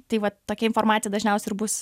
tai va tokia informacija dažniausia ir bus